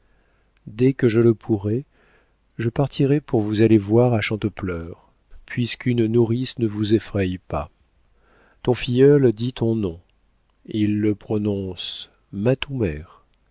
dès que je le pourrai je partirai pour vous aller voir à chantepleurs puisqu'une nourrice ne vous effraie pas ton filleul dit ton nom il le prononce matoumer car